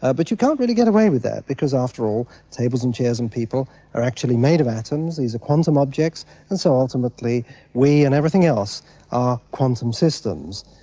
ah but you can't really get away with that because after all, tables and chairs and people are actually made of atoms, these are quantum objects and so ultimately we, and everything else are quantum systems.